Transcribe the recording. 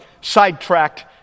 sidetracked